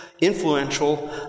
influential